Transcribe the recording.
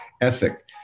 ethic